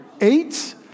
Eight